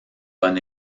bon